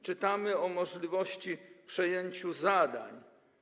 Czytamy o możliwości przejęcia zadań.